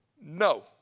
No